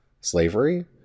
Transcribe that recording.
slavery